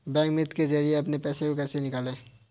Bank मित्र के जरिए अपने पैसे को कैसे निकालें?